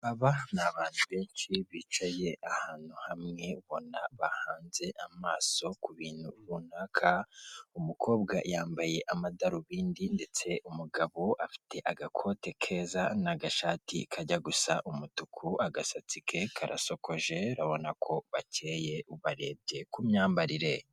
Aba ni abantu benshi bicaye ahantu hamwe ubona bahanze amaso ku bintu runaka, umukobwa yambaye amadarubindi ndetse umugabo afite agakote keza n'agashati kajya gusa umutuku agasatsi ke karasokoje arabona ko bakeye ubarebye ku myambarire.